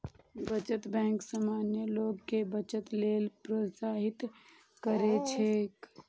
बचत बैंक सामान्य लोग कें बचत लेल प्रोत्साहित करैत छैक